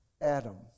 Adam